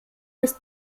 ist